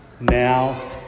Now